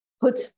put